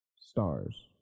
stars